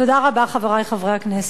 תודה רבה, חברי חברי הכנסת.